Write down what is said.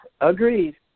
Agreed